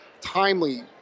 timely